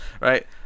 right